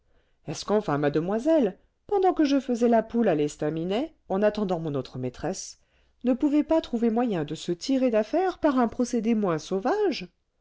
est-ce qu'enfin mademoiselle pendant que je faisais la poule à l'estaminet en attendant mon autre maîtresse ne pouvait pas trouver moyen de se tirer d'affaire par un procédé moins sauvage